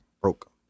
Broke